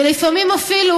ולפעמים אפילו: